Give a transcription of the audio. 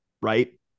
Right